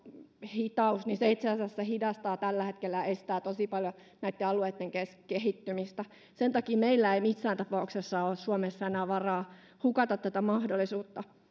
hitaus itse asiassa hidastaa ja estää tällä hetkellä tosi paljon näitten alueitten kehittymistä sen takia meillä ei missään tapauksessa ole suomessa enää varaa hukata tätä mahdollisuutta